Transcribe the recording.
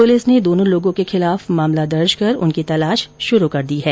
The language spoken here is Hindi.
पुलिस ने दोनों लोगों के खिलाफ मामला दर्ज कर उनकी तलाश शुरू कर दी है